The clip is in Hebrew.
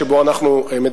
שבו אנחנו מדברים,